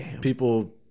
people